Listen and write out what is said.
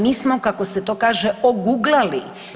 Mi smo kako se to kaže oguglali.